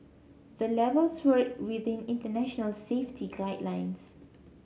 the levels were within international safety guidelines